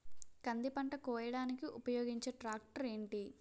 కంది పంట కోయడానికి ఉపయోగించే ట్రాక్టర్ ఏంటి?